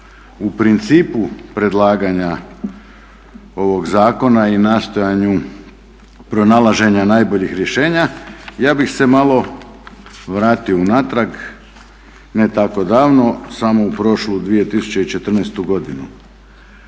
u principu predlaganja ovoga zakona i nastojanju pronalaženja najboljih rješenja. Ja bih se malo vratio u natrag, ne tako davno samo u prošlu 2014. godinu.